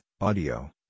audio